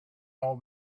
old